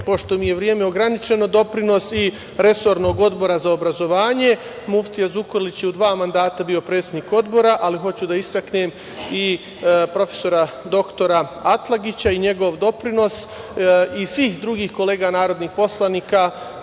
hoću da istaknem, doprinosi resornog Odbora za obrazovanje, muftija Zukorlić je u dva mandata bio predsednik Odbora, ali hoću da istaknem i prof. dr Atlagića i njegov doprinos i svih drugih kolega narodnih poslanika